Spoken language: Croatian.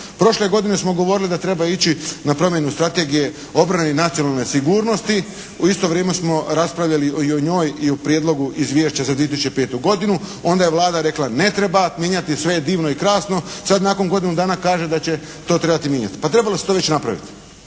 Prošle godine smo govorili da treba ići na promjenu Strategije obrane i nacionalne sigurnosti, u isto vrijeme smo raspravljali o njoj i o prijedlogu izvješća za 2005. godinu, onda je Vlada rekla ne treba mijenjati, sve je divno i krasno, sada nakon godinu dana kaže da će to trebati mijenjati. Pa trebalo se to već napraviti.